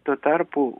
tuo tarpu